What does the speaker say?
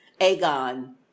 Aegon